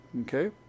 okay